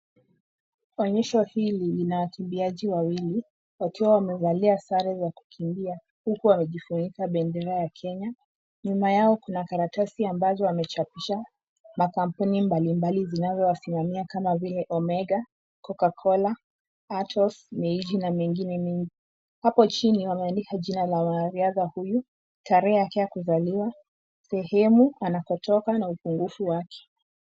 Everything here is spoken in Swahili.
Onyesho hili lina wakimbiaji wawili wakiwa wamevalia sare za kukimbia huku wamejifunika bendera ya Kenya, nyuma yao kuna karatasi ambazo wamechapisha makampuni mbalimbali zinazowasimamia kama vile; Omega, Coca-Cola, Atos, na mengine mengi. Hapo chini wameandika jina la mwanariadha huyu, tarehe yake ya kuzaliwa, sehemu anapotoka na ufupungufu wake.